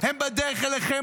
הם בדרך אליכם,